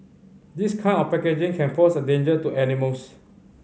this kind of packaging can pose a danger to animals